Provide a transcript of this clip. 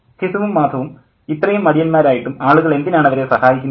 ഘിസുവും മാധവും ഇത്രയും മടിയൻമാരായിട്ടും ആളുകൾ എന്തിനാണ് അവരെ സഹായിക്കുന്നത്